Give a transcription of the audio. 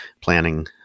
planning